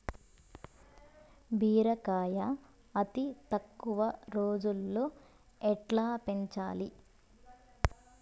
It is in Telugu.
బీరకాయ అతి తక్కువ రోజుల్లో ఎట్లా పెంచాలి?